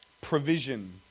Provision